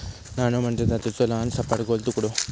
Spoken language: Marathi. नाणो म्हणजे धातूचो लहान, सपाट, गोल तुकडो